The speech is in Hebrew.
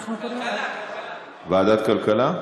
ועדת כלכלה,